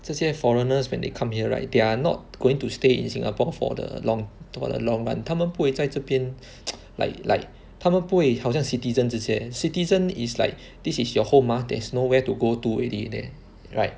这些 foreigners when they come here right they are not going to stay in Singapore for the long term on the long run 他们不会在这边 like like 他们不会好像 citizen 这些 citizen is like this is your home ah there's nowhere to go to already leh right